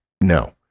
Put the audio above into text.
No